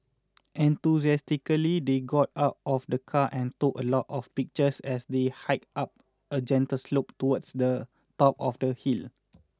enthusiastically they got out of the car and took a lot of pictures as they hiked up a gentle slope towards the top of the hill